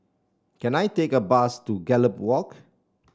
can I take a bus to Gallop Walk